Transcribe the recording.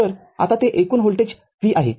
तर आता तेथे एकूण व्होल्टेज v आहे